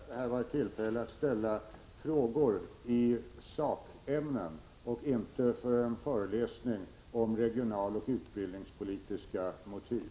Herr talman! Jag trodde närmast att det här var ett tillfälle att besvara frågor som ställts i sakämnen och inte ett tillfälle för att hålla en föreläsning om regionalpolitiska och utbildningspolitiska motiv.